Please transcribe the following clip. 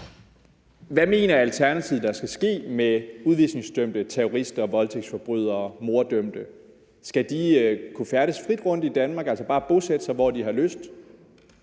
Hvad mener Alternativet, der skal ske med udvisningsdømte terrorister og voldtægtsforbrydere og morddømte? Skal de kunne færdes frit rundt i Danmark, altså bare kunne bosætte sig, hvor de har lyst?